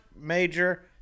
major